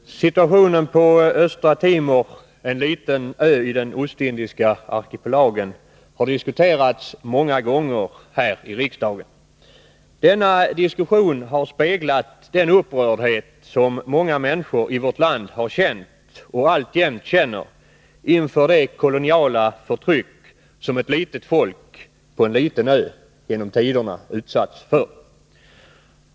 Herr talman! Situationen på Östra Timor — en liten ö i den ostindiska arkipelagen — har diskuterats många gånger här i riksdagen. Denna diskussion har speglat den upprördhet som många människor i vårt land har känt och alltjämt känner inför det koloniala förtryck som ett litet folk på en liten ö genom tiderna utsatts för.